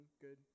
good